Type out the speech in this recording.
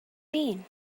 mean